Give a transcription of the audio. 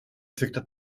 tyckte